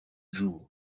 joue